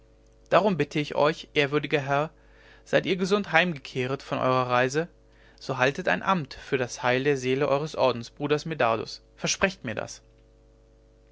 darum bitte ich euch ehrwürdiger herr seid ihr gesund heimgekehrt von eurer reise so haltet ein amt für das heil der seele eures ordensbruders medardus versprecht mir das